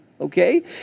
Okay